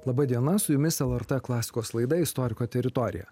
laba diena su jumis lrt klasikos laida istoriko teritorija